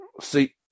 see